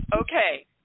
Okay